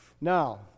Now